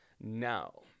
now